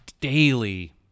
daily